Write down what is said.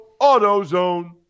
AutoZone